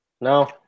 No